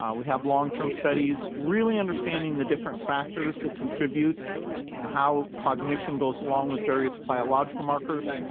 um we have long-term studies, really understanding the different factors that contribute, you know how cognition goes along with various biological markers,